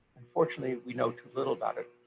unfortunately we know too little about it.